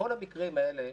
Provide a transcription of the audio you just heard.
בכל המקרים האלה